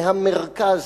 מהמרכז,